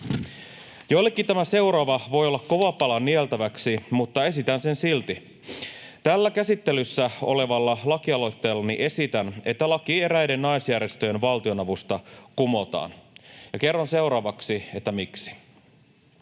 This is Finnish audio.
Joillekin tämä seuraava voi olla kova pala nieltäväksi, mutta esitän sen silti. Tällä käsittelyssä olevalla lakialoitteellani esitän, että laki eräiden naisjärjestöjen val-tionavusta kumotaan. Kerron seuraavaksi, miksi.